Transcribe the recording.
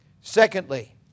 Secondly